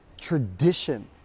tradition